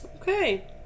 okay